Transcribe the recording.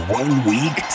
one-week